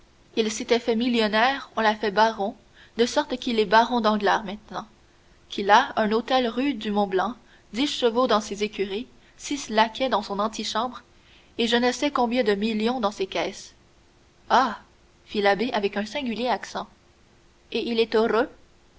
il s'était fait millionnaire on l'a fait baron de sorte qu'il est baron danglars maintenant qu'il a un hôtel rue du mont-blanc dix chevaux dans ses écuries six laquais dans son antichambre et je ne sais combien de millions dans ses caisses ah fit l'abbé avec un singulier accent et il est heureux